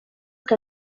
que